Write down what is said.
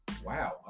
Wow